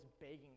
begging